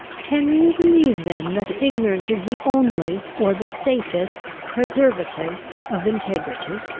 can you believe then that ignorance is the only, or the safest, preservative of integrity?